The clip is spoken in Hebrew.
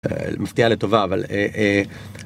מפתיעה לטובה אבל